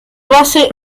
base